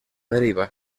deriva